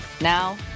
Now